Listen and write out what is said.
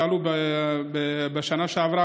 שעלו בשנה שעברה,